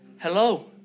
Hello